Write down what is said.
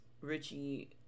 Richie